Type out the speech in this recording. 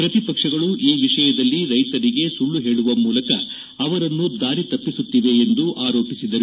ಪ್ರತಿಪಕ್ಷಗಳು ಈ ವಿಷಯದಲ್ಲಿ ರೈತರಿಗೆ ಸುಳ್ಳು ಹೇಳುವ ಮೂಲಕ ಅವರನ್ನು ದಾರಿ ತಪ್ಪಿಸುತ್ತಿವೆ ಎಂದು ಆರೋಪಿಸಿದರು